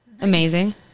Amazing